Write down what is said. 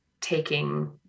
taking